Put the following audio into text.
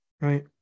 right